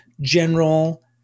general